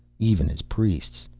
even as priests.